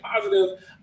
positive